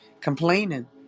complaining